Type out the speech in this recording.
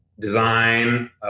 design